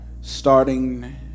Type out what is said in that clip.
Starting